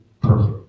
perfect